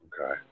Okay